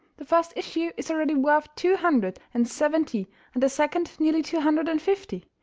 the first issue is already worth two hundred and seventy and the second nearly two hundred and fifty.